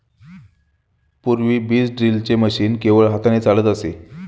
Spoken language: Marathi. पूर्वी बीज ड्रिलचे मशीन केवळ हाताने चालत असे